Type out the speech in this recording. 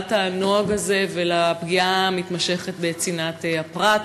לעצירת הנוהג הזה ולפגיעה המתמשכת בצנעת הפרט?